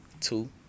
two